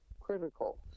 critical